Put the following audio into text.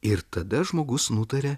ir tada žmogus nutarė